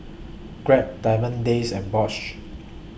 Grab Diamond Days and Bosch